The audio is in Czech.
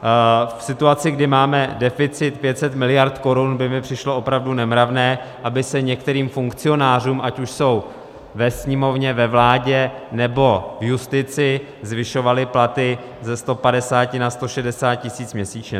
V situaci, kdy máme deficit 500 miliard korun, by mi přišlo opravdu nemravné, aby se některým funkcionářům, ať už jsou ve Sněmovně, ve vládě, nebo v justici, zvyšovaly platy ze 150 na 160 tisíc měsíčně.